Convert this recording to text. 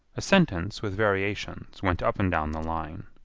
a sentence with variations went up and down the line.